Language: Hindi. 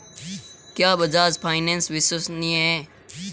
क्या बजाज फाइनेंस विश्वसनीय है?